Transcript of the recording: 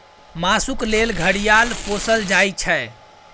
मासुक लेल घड़ियाल पोसल जाइ छै